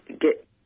get